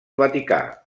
vaticà